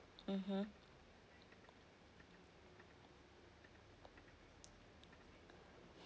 mmhmm